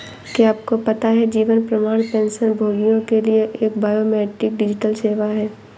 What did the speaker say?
क्या आपको पता है जीवन प्रमाण पेंशनभोगियों के लिए एक बायोमेट्रिक डिजिटल सेवा है?